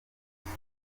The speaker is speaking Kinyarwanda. gusa